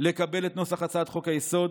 לקבל את נוסח הצעת חוק-היסוד,